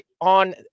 on